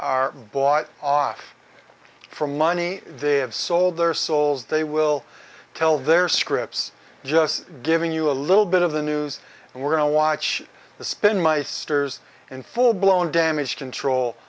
are bought off for money they have sold their souls they will tell their scripts just giving you a little bit of the news and we're going to watch the spinmeisters in full blown damage control